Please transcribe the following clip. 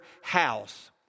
house